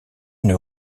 une